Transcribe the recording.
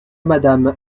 madame